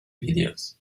videos